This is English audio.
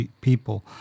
people